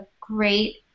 great